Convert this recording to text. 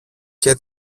και